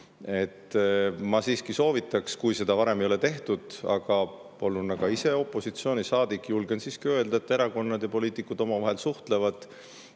Ma siiski soovitaks, kui seda varem ei ole tehtud, aga polnuna ka ise opositsioonisaadik, julgen siiski öelda, et erakonnad ja poliitikud omavahel suhtlevad.